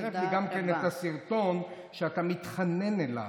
הוא צירף לי גם כן את הסרטון שבו אתה מתחנן אליו.